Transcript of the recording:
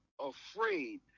afraid